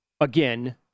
again